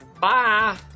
Bye